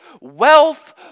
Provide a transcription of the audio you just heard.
wealth